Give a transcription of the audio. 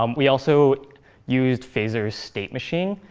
um we also used phaser state machine,